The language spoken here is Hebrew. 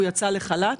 הוא יצא לחל"ת.